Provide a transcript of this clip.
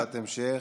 שאלת המשך.